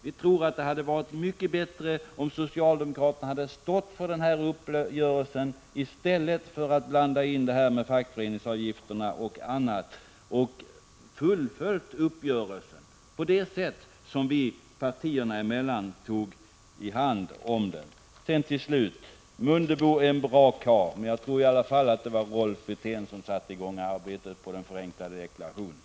Vi anser att det hade varit mycket bättre om socialdemokraterna hade stått fast vid uppgörelsen i stället för att blanda in fackföreningsavgifter m.m. Ni borde ha fullföljt uppgörelsen på det sätt som partiernas företrädare tog i hand på. Till slut: Ingemar Mundebo är en bra karl, men jag tror i alla fall att det var Rolf Wirtén som satte i gång arbetet på den förenklade deklarationen.